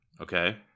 Okay